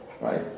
Right